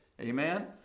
Amen